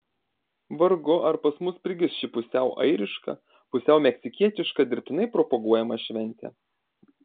vargu ar pas mus prigis ši pusiau airiška pusiau meksikietiška dirbtinai propaguojama šventė